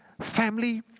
family